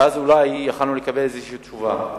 ואז אולי יכולנו לקבל תשובה כלשהי.